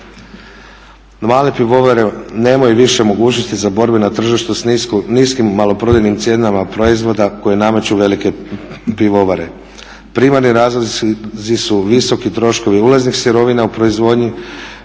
Male pivovare nemaju više mogućnosti za borbe na tržištu sa niskim maloprodajnim cijenama proizvoda koje nameću velike pivovare. Primarni razlozi su visoki troškovi ulaznih sirovina u proizvodnji